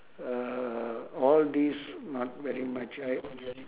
uh all these not very much I